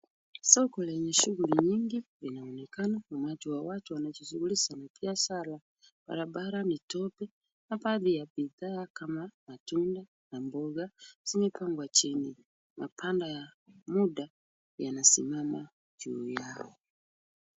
Soko lenye shughuli nyingi inaonekana umati wa watu wanajishughulisha biashara. Barabara ni tope na baadhi ya bidhaa kama matunda na mboga zimepangwa chini. Mapanda ya mda yanasimama juu yao.